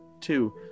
Two